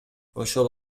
ошол